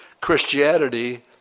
Christianity